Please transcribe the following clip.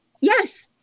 Yes